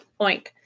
oink